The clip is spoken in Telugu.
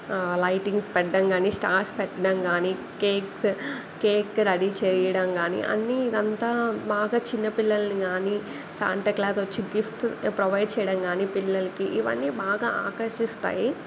లైటింగ్స్ పెట్టడం కానీ స్టార్స్ పెట్టడం కానీ కేక్స్ కేక్ రెడీ చెయ్యడం కానీ అన్నీ ఇదంతా బాగా చిన్న పిల్లల్ని కానీ శాంటా క్లాజ్ వచ్చి గిఫ్ట్స్ ప్రొవైడ్ చెయ్యడం కానీ పిల్లలకి ఇవన్నీ బాగా ఆకర్షిస్తాయి